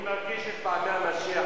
אני מרגיש את פעמי המשיח,